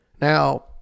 Now